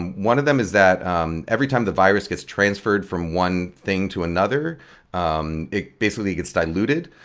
one of them is that um every time the virus gets transferred from one thing to another um it basically gets diluted.